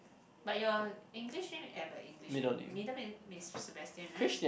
but your English name eh but English name middle name is Sebastian right